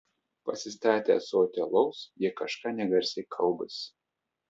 pasistatę ąsotį alaus jie kažką negarsiai kalbasi